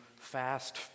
fast